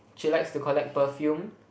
she likes to collect perfume